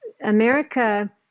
America